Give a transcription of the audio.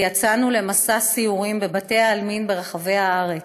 ויצאנו למסע סיורים בבתי העלמין ברחבי הארץ.